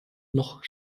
noch